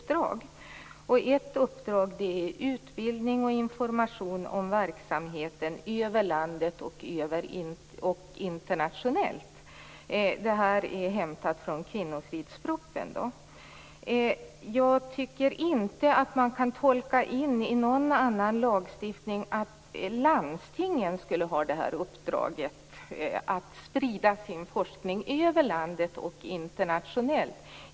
Ett uppdrag är utbildning och information om verksamheten över landet och internationellt. Detta är hämtat från kvinnofridspropositionen. Jag tycker inte att man i någon annan lagstiftning kan tolka in att landstingen skulle ha uppdraget att sprida sin forskning över landet och internationellt.